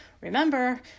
Remember